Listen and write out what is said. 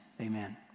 Amen